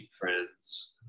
friends